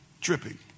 tripping